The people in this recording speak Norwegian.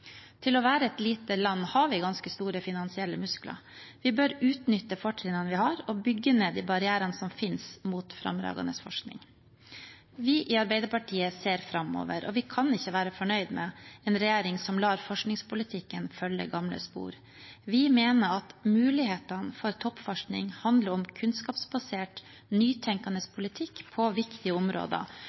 Til å være et lite land har vi ganske store finansielle muskler. Vi bør utnytte fortrinnene vi har, og bygge ned de barrierene som finnes mot fremragende forskning. Vi i Arbeiderpartiet ser framover, og vi kan ikke være fornøyd med en regjering som lar forskningspolitikken følge gamle spor. Vi mener at mulighetene for toppforskning handler om kunnskapsbasert, nytenkende politikk på viktige områder,